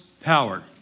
power